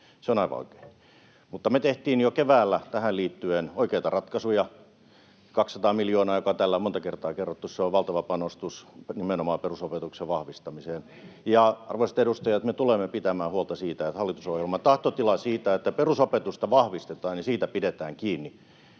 se on aivan oikein. Mutta me tehtiin jo keväällä tähän liittyen oikeita ratkaisuja. 200 miljoonaa, joka on täällä monta kertaa kerrottu, on valtava panostus nimenomaan perusopetuksen vahvistamiseen. Ja, arvoisat edustajat, me tulemme pitämään huolta siitä, että hallitusohjelman tahtotilasta siitä, että perusopetusta vahvistetaan, pidetään kiinni.